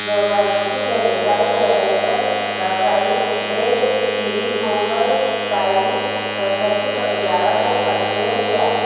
दो हज़ार इक्कीस में देसाई ने Amazon Prime web series Mumbai Diaries छब्बीस बटे ग्यारह में अभिनय किया